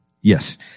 yes